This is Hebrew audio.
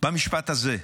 במשפט הזה: